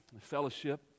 fellowship